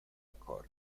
accordo